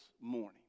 morning